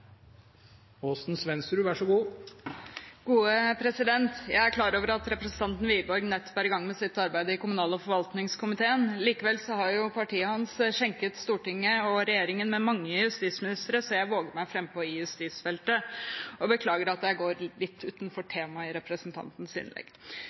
i gang med sitt arbeid i kommunal- og forvaltningskomiteen. Likevel har jo partiet hans skjenket Stortinget og regjeringen mange justisministre, så jeg våger meg frampå i justisfeltet og beklager at jeg går litt utenfor